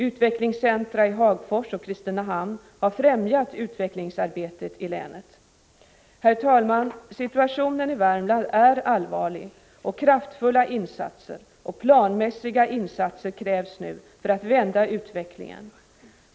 Utvecklingscentra i Hagfors och Kristinehamn har främjat utvecklingsarbetet i länet. Herr talman! Situationen i Värmland är allvarlig, och kraftfulla och planmässiga insatser krävs nu för att vända utvecklingen.